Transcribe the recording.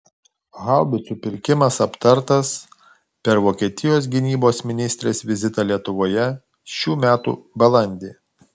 haubicų pirkimas aptartas per vokietijos gynybos ministrės vizitą lietuvoje šių metų balandį